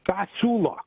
ką siūlo